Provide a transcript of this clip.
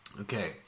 okay